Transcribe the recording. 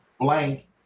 blank